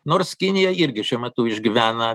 nors kinija irgi šiuo metu išgyvena